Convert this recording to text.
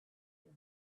you